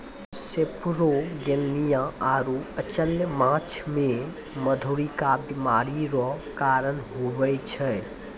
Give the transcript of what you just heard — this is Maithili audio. सेपरोगेलनिया आरु अचल्य माछ मे मधुरिका बीमारी रो कारण हुवै छै